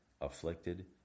afflicted